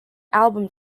album